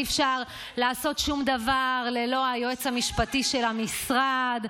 ואי-אפשר לעשות שום דבר ללא היועץ המשפטי של המשרד.